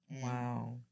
Wow